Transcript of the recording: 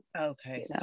okay